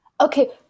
okay